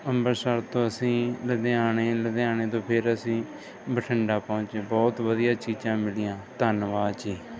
ਅੰਬਰਸਰ ਤੋਂ ਅਸੀਂ ਲੁਧਿਆਣੇ ਲੁਧਿਆਣੇ ਤੋਂ ਫਿਰ ਅਸੀਂ ਬਠਿੰਡਾ ਪਹੁੰਚੇ ਬਹੁਤ ਵਧੀਆ ਚੀਜ਼ਾਂ ਮਿਲੀਆਂ ਧੰਨਵਾਦ ਜੀ